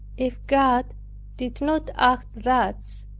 if god did not act thus,